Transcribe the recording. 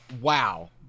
wow